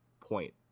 point